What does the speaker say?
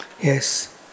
Yes